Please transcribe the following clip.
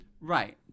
right